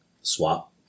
swap